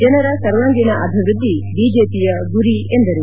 ಜನರ ಸರ್ವಾಂಗೀಣ ಅಭಿವ್ಪದ್ದಿ ಬಿಜೆಪಿಯ ಗುರಿ ಎಂದರು